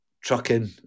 trucking